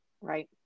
right